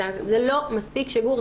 זה לא מספיק שיגור.